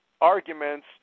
arguments